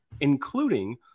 including